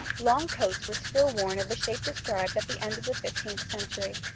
long coats were still worn of the shape described at the end of the fifteenth century,